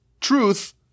truth